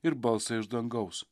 ir balsą iš dangaus